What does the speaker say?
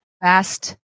fast